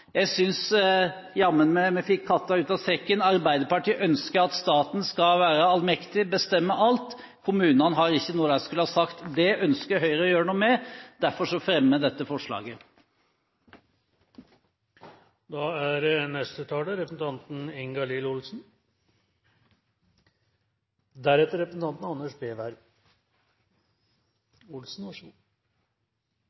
Jeg syns jammen vi fikk katta ut av sekken. Arbeiderpartiet ønsker at staten skal være allmektig og bestemme alt. Kommunene har ikke noe de skulle ha sagt. Det ønsker Høyre å gjøre noe med. Derfor fremmer vi dette forslaget.